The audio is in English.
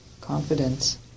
confidence